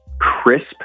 crisp